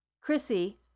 Chrissy